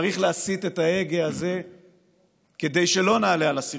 צריך להסיט את ההגה הזה כדי שלא נעלה על השרטון.